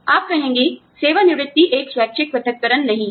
आप कहेंगे सेवानिवृत्ति एक स्वैच्छिक पृथक्करणनहीं है